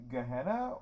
Gehenna